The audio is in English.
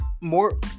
More